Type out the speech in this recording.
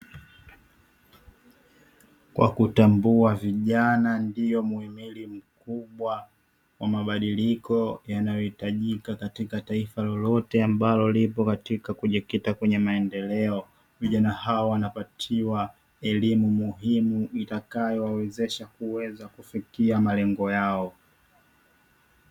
Kwa kutambua vijana ndio mhimili mkubwa wa mabadiliko yanayohitajika katika taifa lolote ambalo lipo katika kujikita kwenye maendeleo, vijana hawa wanapatiwa elimu muhimu itakayowawezesha kuweza kufikia malengo yao.